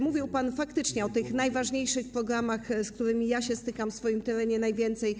Mówił pan faktycznie o tych najważniejszych programach, z którymi stykam się w swoim terenie najwięcej.